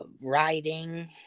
writing